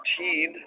14